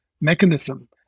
mechanism